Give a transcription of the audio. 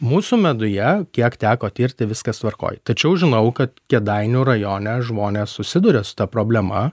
mūsų meduje kiek teko tirti viskas tvarkoj tačiau žinau kad kėdainių rajone žmonės susiduria su ta problema